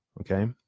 okay